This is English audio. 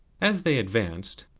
as they advanced,